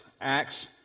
Acts